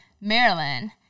Maryland